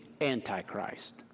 antichrist